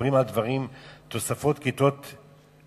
מדברים על תוספת כיתות לימוד,